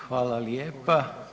Hvala lijepa.